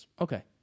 Okay